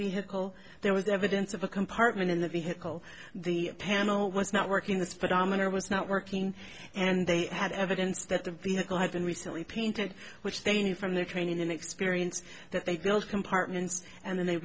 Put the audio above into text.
vehicle there was evidence of a compartment in the vehicle the panel was not working speedometer was not working and they had evidence that the vehicle had been recently painted which they knew from their training and experience that they built compartments and the